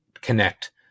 connect